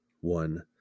one